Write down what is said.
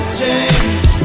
change